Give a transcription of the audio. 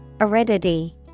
aridity